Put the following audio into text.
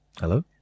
Hello